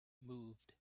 moved